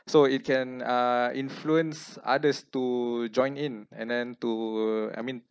so it can uh influence others to join in and then to I mean